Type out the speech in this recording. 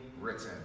written